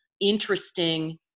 interesting